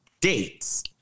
dates